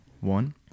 one